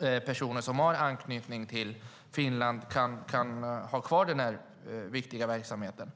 personer som har anknytning till Finland ska kunna ha kvar den viktiga verksamheten.